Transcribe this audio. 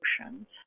emotions